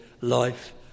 life